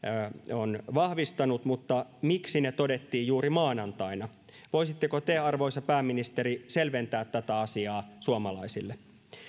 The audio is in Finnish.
on vahvistanut mutta miksi ne todettiin juuri maanantaina voisitteko te arvoisa pääministeri selventää tätä asiaa suomalaisille